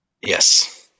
yes